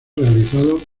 realizados